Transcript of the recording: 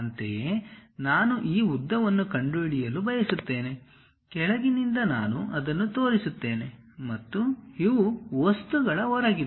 ಅಂತೆಯೇ ನಾನು ಈ ಉದ್ದವನ್ನು ಕಂಡುಹಿಡಿಯಲು ಬಯಸುತ್ತೇನೆ ಕೆಳಗಿನಿಂದ ನಾನು ಅದನ್ನು ತೋರಿಸುತ್ತೇನೆ ಮತ್ತು ಇವು ವಸ್ತುಗಳ ಹೊರಗಿದೆ